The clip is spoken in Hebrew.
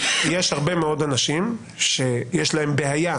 יש הרבה מאוד אנשים שיש להם בעיה